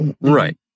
Right